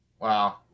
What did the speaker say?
Wow